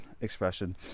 expression